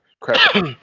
Crap